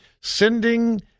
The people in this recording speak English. sending